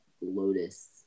Lotus